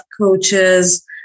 coaches